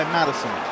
Madison